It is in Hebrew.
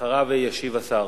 אחריו ישיב השר.